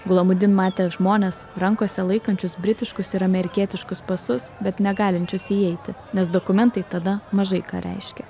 gulamudin matė žmones rankose laikančius britiškus ir amerikietiškus pasus bet negalinčius įeiti nes dokumentai tada mažai ką reiškė